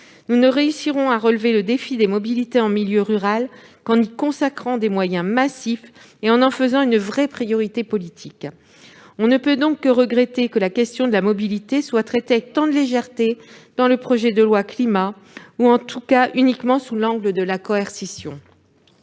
Nous ne réussirons à relever le défi des mobilités en milieu rural qu'en y consacrant des moyens massifs et en en faisant une véritable priorité politique. On ne peut donc que regretter que la question de la mobilité soit traitée avec tant de légèreté dans le projet de loi Climat, ou en tout cas uniquement sous l'angle de la coercition.